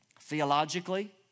theologically